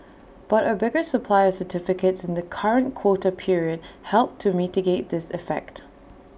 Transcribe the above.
but A bigger supply of certificates in the current quota period helped to mitigate this effect